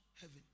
heaven